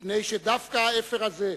מפני שדווקא האפר הזה,